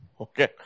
Okay